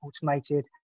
automated